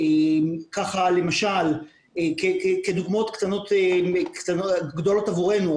למשל דוגמאות שהן גדולות עבורנו,